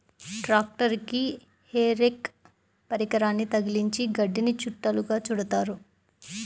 ట్రాక్టరుకి hay rake పరికరాన్ని తగిలించి గడ్డిని చుట్టలుగా చుడుతారు